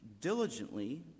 diligently